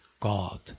God